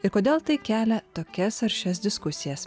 ir kodėl tai kelia tokias aršias diskusijas